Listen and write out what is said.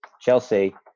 Chelsea